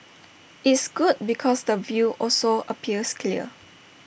it's good because the view also appears clear